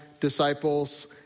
disciples